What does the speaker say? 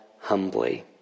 humbly